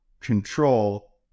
control